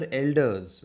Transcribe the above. elders